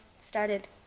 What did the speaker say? started